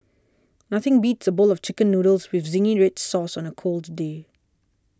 nothing beats a bowl of Chicken Noodles with Zingy Red Sauce on a cold day